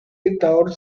dictador